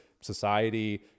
society